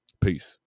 Peace